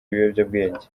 ibiyobyabwenge